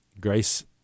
grace